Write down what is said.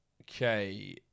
Okay